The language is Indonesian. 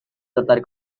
tertarik